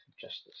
justice